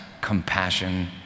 compassion